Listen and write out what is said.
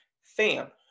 fam